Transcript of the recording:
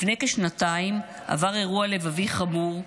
לפני כשנתיים הוא עבר אירוע לבבי חמור,